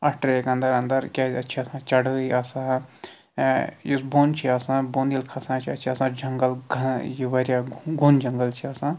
اَتھ ٹرٛیک اَنٛدَر اَنٛدَر کیٛازِ اَتہِ چھِ آسان چَڈٲیی آسان یا یُس بۅن چھُے آسان بۄنہٕ ییٚلہِ کھسان چھِ اَتہِ چھِ آسان جنگل گنا یہِ واریاہ گۄن جنگَل چھِ آسان